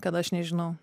kad aš nežinau